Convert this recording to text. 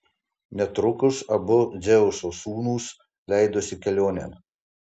netrukus abu dzeuso sūnūs leidosi kelionėn